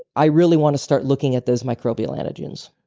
i really want to start looking at those microbial antigens.